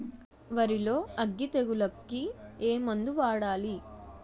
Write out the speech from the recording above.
వరిలో అగ్గి తెగులకి ఏ మందు వాడాలి?